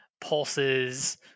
pulses